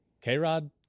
K-Rod